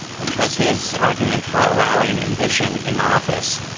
which was his argument for allowing ambition in office,